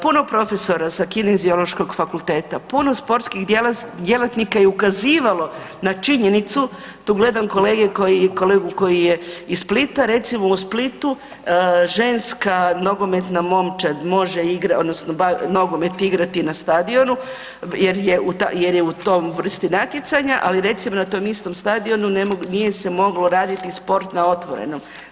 Puno profesora sa Kineziološkog fakulteta, puno sportskih djelatnika je ukazivalo na činjenicu, tu gledam kolege koji, kolegu koji je iz Splita, recimo u Splitu ženska nogometna momčad može igrati odnosno nogomet igrati na stadionu jer je u toj vrsti natjecanja, ali recimo na tom istom stadionu nije se moglo raditi sport na otvorenom.